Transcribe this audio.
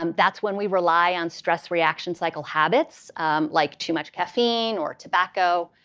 um that's when we rely on stress reaction cycle habits like too much caffeine, or tobacco,